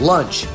Lunch